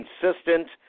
consistent